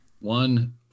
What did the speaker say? One